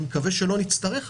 אני מקווה שלא נצטרך,